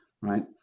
right